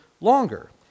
longer